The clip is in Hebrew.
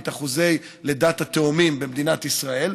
את אחוזי לידת התאומים במדינת ישראל,